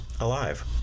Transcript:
Alive